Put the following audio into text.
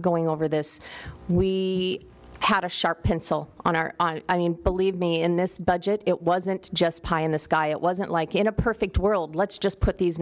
going over this we had a sharp pencil on our i mean believe me in this budget it wasn't just pie in the sky it wasn't like in a perfect world let's just put these